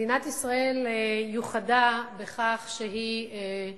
מדינת ישראל יוחדה בכך שהיא הציעה,